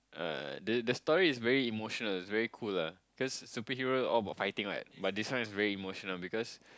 uh the the story is very emotional very cool ah because superhero all about fighting what but this one is very emotional because